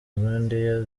rwandair